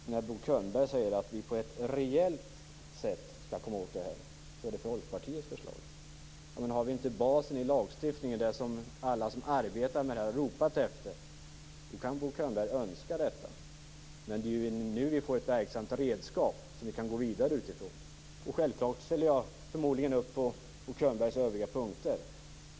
Fru talman! När Bo Könberg säger att vi på ett reellt sätt skall komma åt det här, är det Folkpartiets förslag det gäller. Men har vi inte basen i lagstiftningen, vilket är vad alla som arbetar med det här har ropat efter, så kan Bo Könberg bara önska detta. Det är nu vi får ett verksamt redskap som vi kan vidare utifrån. Självklart ställer jag förmodligen upp på Bo Könbergs övriga punkter.